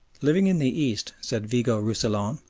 living in the east, said vigo roussillon,